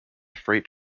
freight